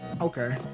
Okay